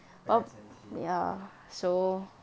yes sightsee